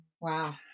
Wow